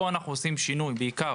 פה אנחנו עושים שינוי שהעיקר